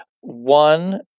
One